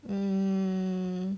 mm